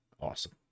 awesome